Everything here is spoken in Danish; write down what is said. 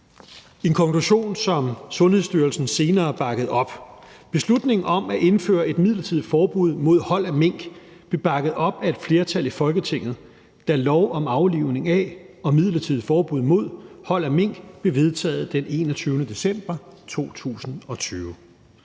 en konklusion, som Sundhedsstyrelsen senere bakkede op. Beslutningen om at indføre et midlertidigt forbud mod hold af mink blev bakket op af et flertal i Folketinget, da lov om aflivning af og midlertidigt forbud mod hold af mink blev vedtaget den 21. december 2020.